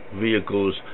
vehicles